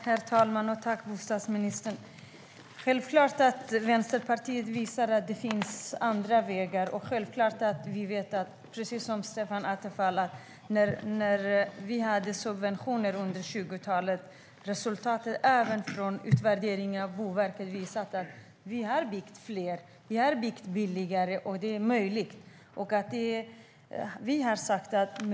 Herr talman! Tack, bostadsministern! Det är självklart att Vänsterpartiet visar att det finns andra vägar, och det är självklart att vi precis som Stefan Attefall vet att när vi under 2000-talet hade subventioner har resultatet från utvärderingar av Boverket visat att vi har byggt mer och byggt billigare, att det är möjligt.